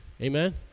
amen